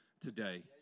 today